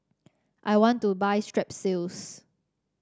I want to buy Strepsils